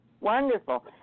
Wonderful